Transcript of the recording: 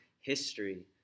history